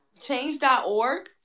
change.org